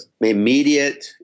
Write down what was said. immediate